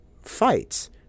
fights